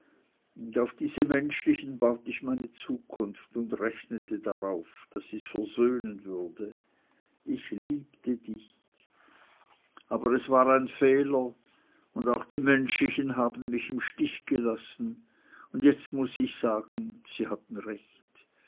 auf diese menschlichen baut ich meine zukunft und rechnete darauf daß sie's versöhnen würde ich liebte dich aber es war ein fehler und auch die menschlichen haben mich im stich gelassen und jetzt muß ich sagen sie hatten recht